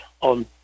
on